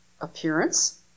appearance